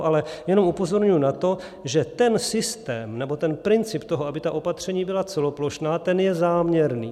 Ale jenom upozorňuji na to, že ten systém nebo ten princip toho, aby ta opatření byla celoplošná, ten je záměrný.